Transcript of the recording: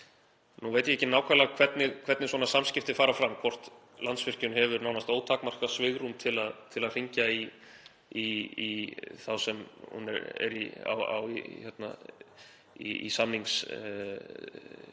Nú veit ég ekki nákvæmlega hvernig svona samskipti fara fram, hvort Landsvirkjun hefur nánast ótakmarkað svigrúm til að hringja í þá sem hún á í samningssambandi